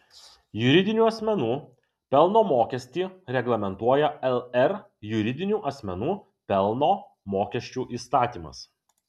juridinių asmenų pelno mokestį reglamentuoja lr juridinių asmenų pelno mokesčio įstatymas